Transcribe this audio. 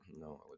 No